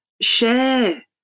share